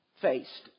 faced